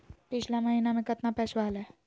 पिछला महीना मे कतना पैसवा हलय?